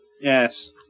Yes